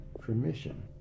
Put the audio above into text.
permission